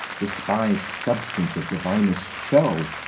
despised substance of divinest show!